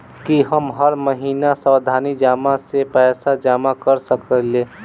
की हम हर महीना सावधि जमा सँ पैसा जमा करऽ सकलिये?